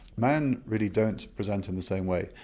men really don't present in the same way,